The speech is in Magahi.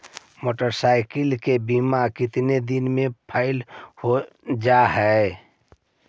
मोटरसाइकिल के बिमा केतना दिन मे फेल हो जा है?